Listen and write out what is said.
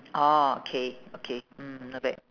orh okay okay mm not bad